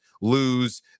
lose